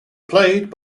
played